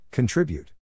Contribute